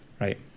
Right